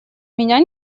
меня